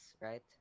right